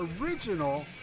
original